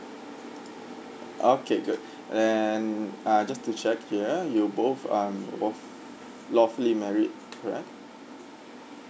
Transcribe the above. okay good then ah just to check here you both um lawf~ lawfully married correct